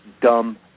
dumb